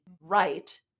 right